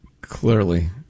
Clearly